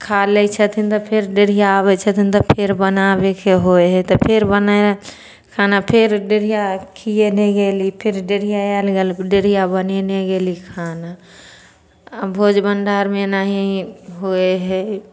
खालै छथिन तऽ फेर डेढ़िया अबै छथिन तऽ फेर बनाबैके होइ हइ तऽ फेर बनै हइ खाना फेर डेढ़िया खिएने गेली फेर डेढ़िया आयल गैल डेढ़िया बनेने गेली खाना भोज भण्डार मे एनाही होइ हइ